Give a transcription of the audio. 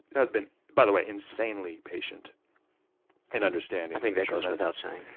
has been, by the way, insanely patient and understanding. i think that goes without saying.